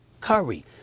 Curry